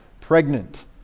pregnant